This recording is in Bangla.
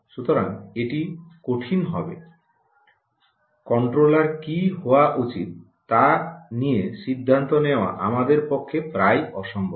সুতরাং এটি কঠিন হবে কন্ট্রোলার কী হওয়া উচিত তা নিয়ে সিদ্ধান্ত নেওয়া আমাদের পক্ষে প্রায় অসম্ভব